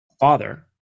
father